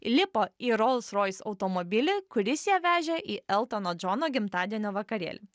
įlipo į rolls royce automobilį kuris ją vežė į eltono džono gimtadienio vakarėlį